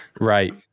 right